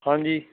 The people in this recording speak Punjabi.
ਹਾਂਜੀ